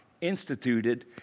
instituted